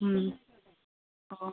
ഓ